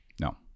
no